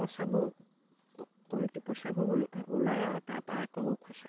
খৰচাবোৰ কমটি পইচাকো আৰু তাৰপা